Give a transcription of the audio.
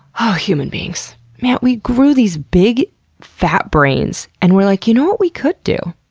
oh, human beings. man, we grew these big fat brains and we're like, you know what we could do?